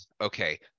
Okay